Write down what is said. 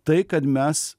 tai kad mes